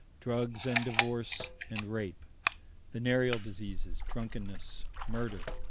drugs and divorce and rape venereal diseases, drunkenness, murder